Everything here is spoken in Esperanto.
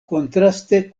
kontraste